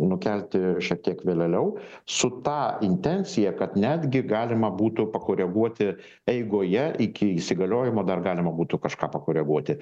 nukelti šiek tiek vėleliau su ta intencija kad netgi galima būtų pakoreguoti eigoje iki įsigaliojimo dar galima būtų kažką pakoreguoti